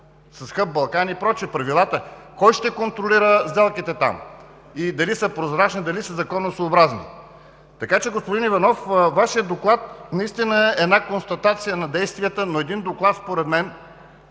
с хъб „Балкани“ и прочие правилата. Кой ще контролира сделките там и дали ще са прозрачни и дали ще са законосъобразни? Господин Иванов, наистина е една констатация на действията, но един доклад според мен